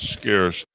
scarce